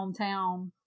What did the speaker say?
hometown